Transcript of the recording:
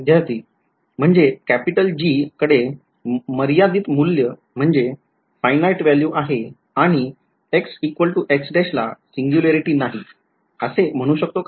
विध्यार्थी म्हणजे G कडे मर्यादित मूल्य म्हणजे finite value आहे आणि ला सिंग्युलॅरिटी नाही असे म्हणू शकतो का